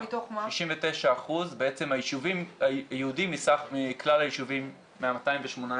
69% זה בעצם היישובים היהודיים מסך כלל היישובים מה-218,